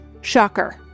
shocker